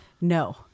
No